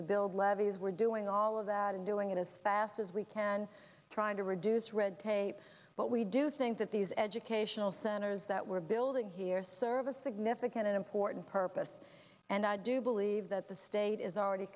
to build levees we're doing all of that and doing it as fast as we can trying to reduce red tape but we do think that these educational centers that we're building here serve a significant and important purpose and i do believe that the state is already